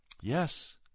Yes